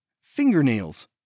Fingernails